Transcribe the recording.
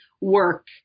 work